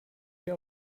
wir